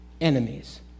enemies